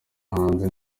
hanze